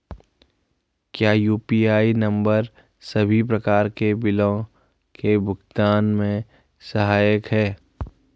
क्या UPI number सभी प्रकार के बिलों के भुगतान में सहायक हैं?